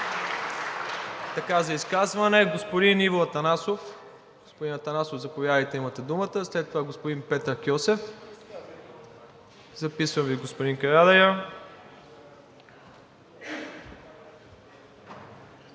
За изказване господин Иво Атанасов. Господин Атанасов, заповядайте, имате думата. След това господин Петър Кьосев. Записвам и господин Карадайъ.